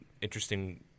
interesting